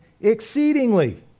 exceedingly